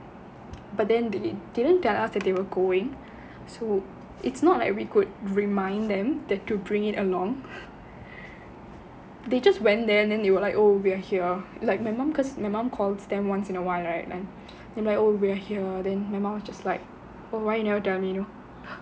but then they didn't tell us that they were going so it's not like we could remind them that to bring it along they just went there and then they were like oh we are here like my mum because my mum calls them once in a while right and then they are like oh we are here then my mum was just like oh why you never tell me